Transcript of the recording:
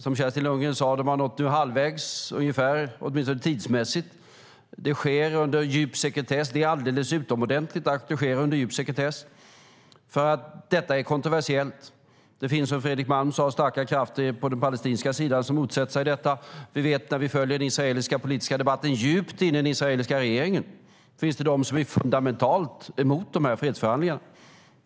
Som Kerstin Lundgren sade har de nu nått ungefär halvvägs, åtminstone tidsmässigt. Det sker under djup sekretess, och det är alldeles utomordentligt att det sker under djup sekretess, för detta är kontroversiellt. Det finns, som Fredrik Malm sade, starka krafter på den palestinska sidan som motsätter sig detta. Vi vet, av att vi följer den israeliska politiska debatten, att det djupt inne i den israeliska regeringen finns de som är fundamentalt emot de här fredsförhandlingarna.